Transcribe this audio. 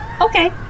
Okay